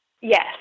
yes